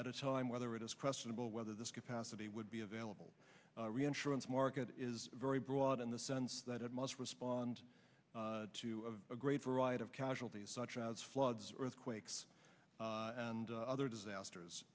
at a time whether it is questionable whether this capacity would be available reinsurance market is very broad in the sense that it must respond to a great variety of casualties such as floods earthquakes and other disasters